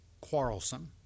quarrelsome